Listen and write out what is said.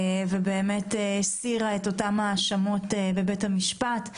והסירה את ההאשמות בבית המשפט.